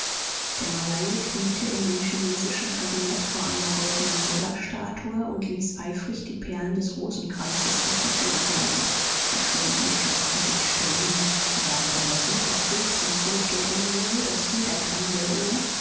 der malaie kniete in dem chinesischen kabinett vor einer goldenen buddhastatue und ließ eifrig die perlen des rosenkranzes durch die finger gleiten die stunden schleppten sich still hin sie waren dabei so erfüllt von furcht und unruhe daß jeder klang der uhr